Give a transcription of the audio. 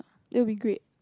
that would be great